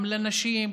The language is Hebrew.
גם לנשים,